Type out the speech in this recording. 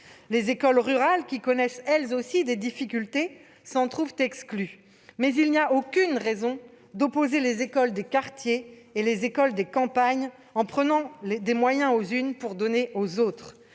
Les écoles rurales, qui connaissent elles aussi des difficultés, s'en trouvent exclues. Or il n'y a aucune raison d'opposer les écoles des quartiers et les écoles des campagnes, en prenant des moyens aux unes pour les donner aux autres.